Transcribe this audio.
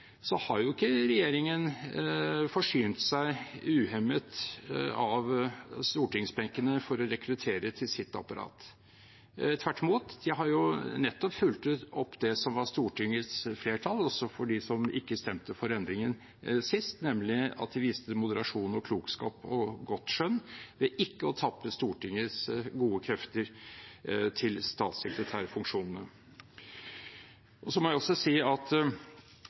har ikke regjeringen forsynt seg uhemmet av stortingsbenkene for å rekruttere til sitt apparat. Tvert imot har den fulgt opp det som var Stortingets flertall, også for de som ikke stemte for endringen sist, nemlig at den viste moderasjon og klokskap og godt skjønn ved ikke å tappe av Stortingets gode krefter til statssekretærfunksjonene. Så må jeg også si noe om et av de to siste poengene, og det er denne forestillingen om at